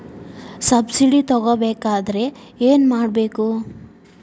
Subsidy ತಗೊಬೇಕಾದರೆ ಏನು ಮಾಡಬೇಕು?